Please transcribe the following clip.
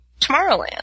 Tomorrowland